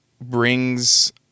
brings